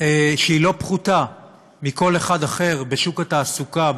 לא פחותה מכל אחד אחר בשוק התעסוקה,